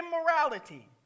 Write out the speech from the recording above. immorality